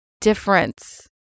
difference